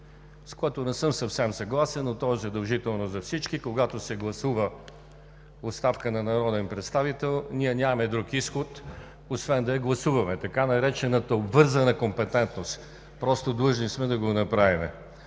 с което не съм съвсем съгласен, но то е задължително за всички: когато се гласува оставка на народен представител, ние нямаме друг изход, освен да я гласуваме – така наречената обвързана компетентност. Просто сме длъжни да го направим.